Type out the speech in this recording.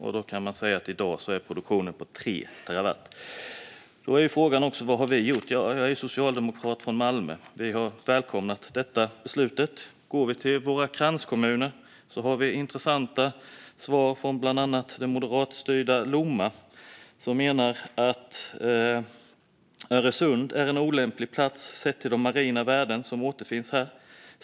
I dag är produktionen 3 terawatt. Frågan är vad vi har gjort. Jag är socialdemokrat från Malmö, och vi har välkomnat beslutet. Men från våra kranskommuner får vi intressanta svar, bland annat från det moderatstyrda Lomma som menar att Öresund är en olämplig plats sett till de marina värden som finns där.